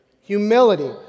Humility